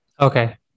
Okay